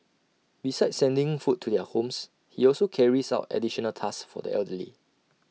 besides sending food to their homes he also carries out additional tasks for the elderly